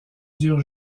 dure